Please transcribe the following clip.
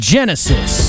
Genesis